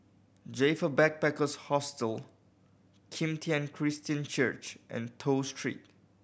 Joyfor Backpackers' Hostel Kim Tian Christian Church and Toh Street